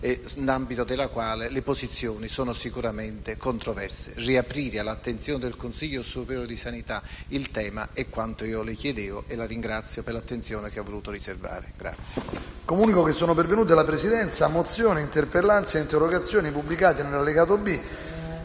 nell'ambito del quale le posizioni sono sicuramente controverse. Riaprire il tema all'attenzione del Consiglio superiore di sanità è quanto io le chiedevo e la ringrazio per l'attenzione che mi ha voluto riservare.